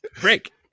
Break